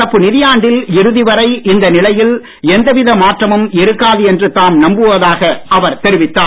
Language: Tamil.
நடப்பு நிதி ஆண்டில் இறுதி வரை இந்த நிலையில் எந்தவித மாற்றமும் இருக்காது என்று தாம் நம்புவதாக அவர் தெரிவித்தார்